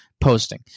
posting